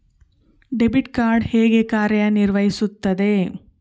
Debit card ಹೇಗೆ ಕಾರ್ಯನಿರ್ವಹಿಸುತ್ತದೆ?